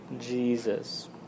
Jesus